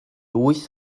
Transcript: wyth